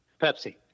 Pepsi